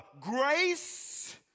grace